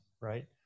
right